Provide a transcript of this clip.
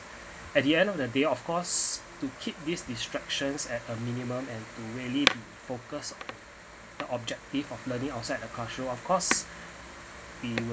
at the end of the day of course to keep these distractions at a minimum and to really focus on the objective of learning outside a classroom of course the